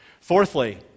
Fourthly